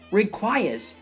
requires